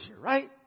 right